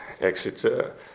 exit